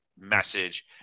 message